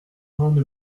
grands